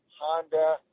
Honda